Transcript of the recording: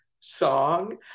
song